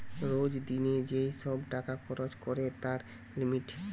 রোজ দিন যেই সব টাকা খরচ করে তার লিমিট